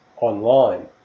online